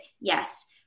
Yes